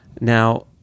Now